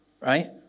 Right